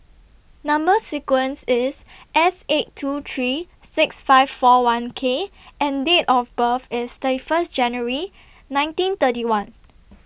Number sequence IS S eight two three six five four one K and Date of birth IS thirty First January nineteen thirty one